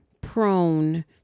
prone